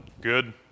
Good